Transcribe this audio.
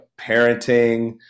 parenting